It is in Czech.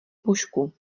pušku